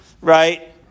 right